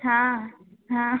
हाँ हाँ